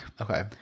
Okay